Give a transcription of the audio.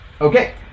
Okay